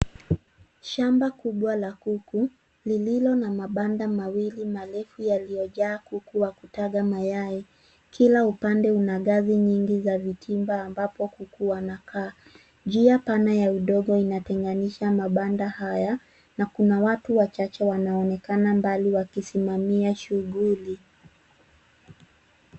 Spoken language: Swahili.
Shamba kubwa la kuku, lililo na mabanda mawili marefu yaliyojaa kuku wa kutaga mayai. Kila upande una ngazi nyingi za vitimba ambapo kuku wanakaa. Njia pana ya udogo inatenganisha mabanda haya, na kuna watu wachache wanaonekana mbali wakisimamia shughuli.